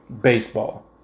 baseball